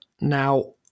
Now